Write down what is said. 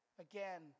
again